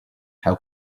how